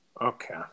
Okay